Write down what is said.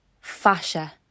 Fascia